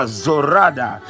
zorada